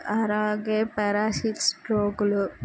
అలాగే పరాసిట్ స్ట్రోకులు